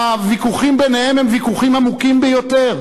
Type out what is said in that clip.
והוויכוחים ביניהם הם ויכוחים עמוקים ביותר,